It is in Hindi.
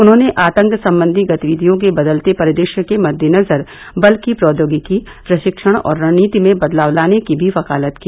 उन्होंने आतंक संबंधी गतिविधियों के बदलते परिदृश्य के मद्देनजर बल की प्रैद्योगिकी प्रशिक्षण और रणनीति में बदलाव लाने की भी वकालत की